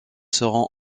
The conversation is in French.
seront